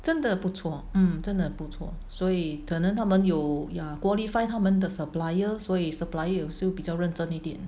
真的不错 mm 真的不错所以可能他们有 ya qualify 他们的 supplier 所以 supplier also 比较认真一点